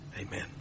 Amen